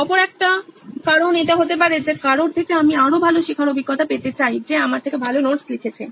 অপর একটা কারণ এটা হতে পারে যে কারোর থেকে আমি আরো ভালো শেখার অভিজ্ঞতা পেতে চাই যে আমার থেকে ভালো নোটস লিখেছে